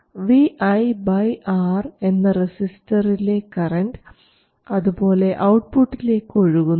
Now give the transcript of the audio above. Vi R എന്ന റെസിസ്റ്ററിലെ current അതുപോലെ ഔട്ട്പുട്ടിലേക്ക് ഒഴുകുന്നു